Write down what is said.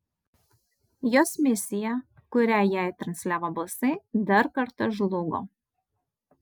jos misija kurią jai transliavo balsai dar kartą žlugo